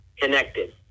connected